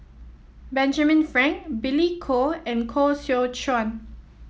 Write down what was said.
Benjamin Frank Billy Koh and Koh Seow Chuan